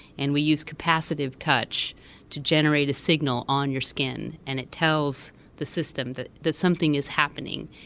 and we use capacitive touch to generate a signal on your skin, and it tells the system that that something is happening,